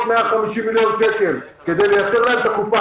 150 מיליון שקל כדי לייצר להן את הקופה.